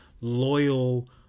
loyal